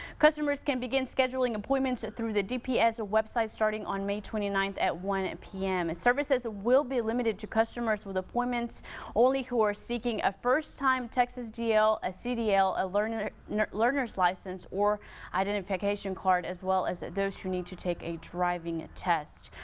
customers can begin scheduling appointments through the dps website starting on may twenty ninth at one p m. services will be limited to customers with appointments only who are seeking a first time texas dl, ah cdl, ah learner learner license or identificationcard, as well as those who need to take a driving test.